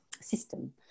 system